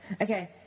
Okay